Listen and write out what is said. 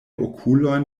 okulojn